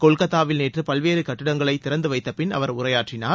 கொல்கத்தாவில் நேற்று பல்வேறு கட்டிடங்களை திறந்து வைத்தப்பிள் அவர் உரையாற்றினார்